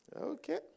Okay